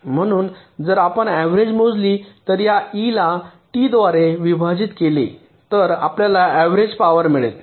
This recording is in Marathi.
म्हणून जर आपण अव्हरेज मोजली तर या ईला टीद्वारे विभाजित केले तर आपल्याला अव्हरेज पॉवर मिळेल